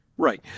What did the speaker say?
Right